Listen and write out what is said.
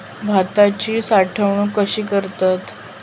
भाताची साठवूनक कशी करतत?